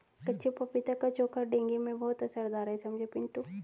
कच्चे पपीते का चोखा डेंगू में बहुत असरदार है समझे पिंटू